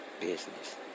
Business